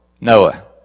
Noah